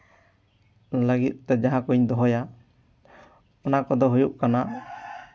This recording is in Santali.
ᱞᱟᱹᱜᱤᱛ ᱛᱮ ᱡᱟᱦᱟᱸ ᱠᱚᱸᱧ ᱫᱚᱦᱚᱭᱟ ᱚᱱᱟ ᱠᱚᱫᱚ ᱦᱩᱭᱩᱜ ᱠᱟᱱᱟ